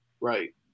Right